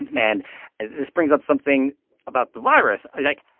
and and this brings up something about the virus. like,